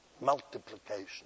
multiplication